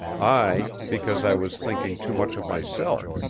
i, because i was thinking too much of myself,